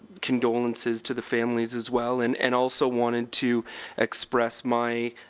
condolences to the families, as well. and and also wanted to express my